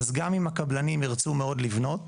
אז גם אם הקבלנים ירצו מאוד לקנות,